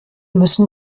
müssen